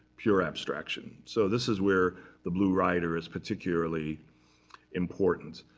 pure abstraction. so this is where the blue rider is particularly important.